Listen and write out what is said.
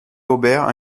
aubert